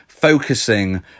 focusing